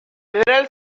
several